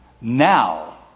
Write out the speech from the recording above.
Now